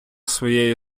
своєї